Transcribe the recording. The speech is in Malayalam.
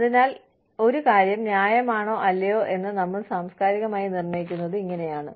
അതിനാൽ ഒരു കാര്യം ന്യായമാണോ അല്ലയോ എന്ന് നമ്മൾ സാംസ്കാരികമായി നിർണ്ണയിക്കുന്നത് ഇങ്ങനെയാണ്